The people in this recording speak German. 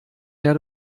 der